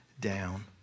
down